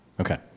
Okay